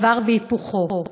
דבר והיפוכו: